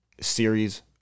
series